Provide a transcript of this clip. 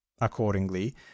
Accordingly